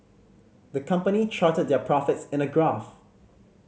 the company charted their profits in a graph